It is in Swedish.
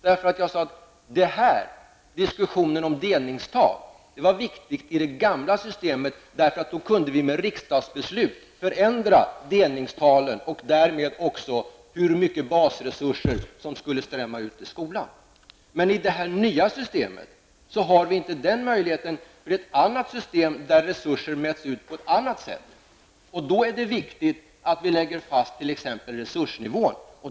Jag sade nämligen: Det här -- diskussionen om delningstal -- var viktigt i det gamla systemet därför att man då kunde med riksdagsbeslut ändra delningstalen och därmed också bestämma hur mycket basresurser som skulle strömma till skolan. I det nya systemet har vi inte denna möjlighet, för det är ett annat system där resurser delas ut på ett annat sätt. Då är det viktigt att vi lägger fast t.ex. resursnivån.